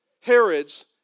Herod's